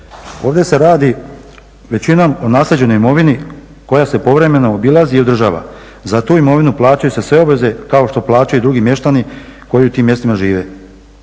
Ovdje se radi većinom o naslijeđenoj imovini koja se povremeno obilazi i održava. Za tu imovinu plaćaju se sve obveze kao što plaćaju i drugi mještani koji u tim mjestima žive